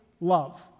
love